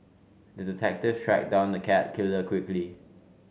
the detective tracked down the cat killer quickly